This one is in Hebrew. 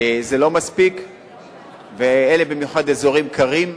זה לא מספיק, ואלה אזורים קרים במיוחד.